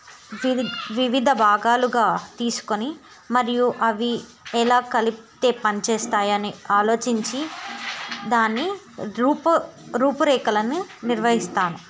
వివిధ భాగాలుగా తీసుకొని మరియు అవి ఎలా కలిపితే పని చేస్తాయని ఆలోచించి దాని రూపురేఖలను నిర్వహిస్తాను